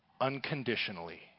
unconditionally